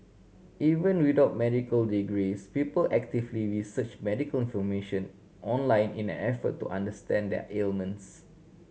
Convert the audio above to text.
even without medical degrees people actively research medical information online in an effort to understand their ailments